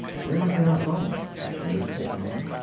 where is there a phone? asked the newspaperman.